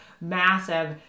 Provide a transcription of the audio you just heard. massive